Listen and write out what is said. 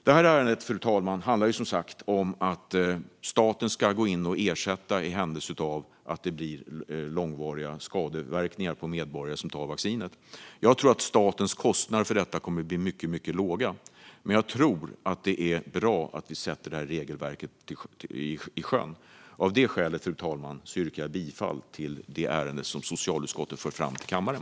Det här ärendet, fru talman, handlar som sagt om att staten ska gå in och ersätta i händelse av långvariga skadeverkningar på medborgare som tar vaccinet. Jag tror att statens kostnader för detta kommer att bli mycket låga. Jag tror dock att det är bra att vi sätter det här regelverket i sjön. Av det skälet, fru talman, yrkar jag bifall till det förslag som socialutskottet för fram till kammaren.